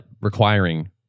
requiring